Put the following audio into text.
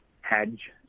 hedge